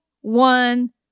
one